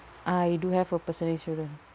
I do have a personal insurance